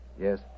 Yes